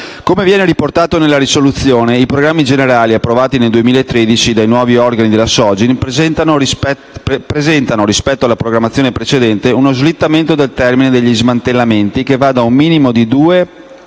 Come viene riportato nella risoluzione i programmi generali approvati nel 2013 dai nuovi organi della Sogin presentano, rispetto alla programmazione precedente, uno slittamento del termine degli smantellamenti che va da un minimo di due